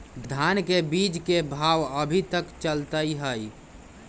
धान के बीज के भाव अभी की चलतई हई?